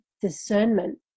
discernment